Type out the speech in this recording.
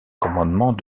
commandement